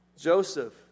Joseph